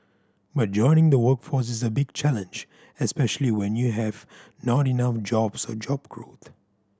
but joining the workforce is a big challenge especially when you have not enough jobs or job growth